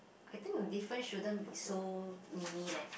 I think difference shouldn't be so mini leh